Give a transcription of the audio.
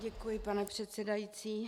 Děkuji, pane předsedající.